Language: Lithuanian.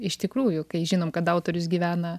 iš tikrųjų kai žinom kad autorius gyvena